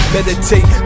Meditate